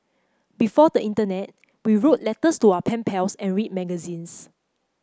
before the internet we wrote letters to our pen pals and read magazines